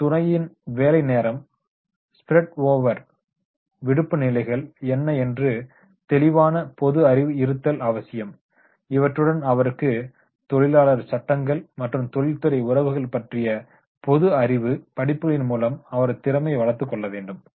ஆனால் ஒரு துறையின் வேலை நேரம் ஸ்பிரட் ஓவர் விடுப்பு நிலைகள் என்ன என்ற தெளிவான பொதுஅறிவு இருத்தல் அவசியம் இவற்றுடன் அவருக்கு தொழிலாளர் சட்டங்கள் மற்றும் தொழில்துறை உறவுகள் பற்றிய பொதுஅறிவு படிப்புகளின் மூலம் அவரது திறமையை வளர்த்துக்கொள்ளவேண்டும்